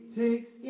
takes